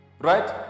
right